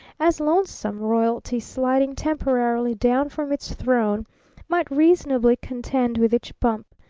as lonesome royalty sliding temporarily down from its throne might reasonably contend with each bump,